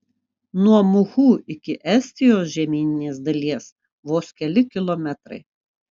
nuo muhu iki estijos žemyninės dalies vos keli kilometrai